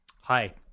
Hi